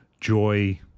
joy